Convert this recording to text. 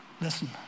Listen